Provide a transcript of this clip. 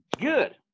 Good